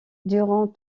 durant